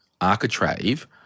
architrave